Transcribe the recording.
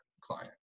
client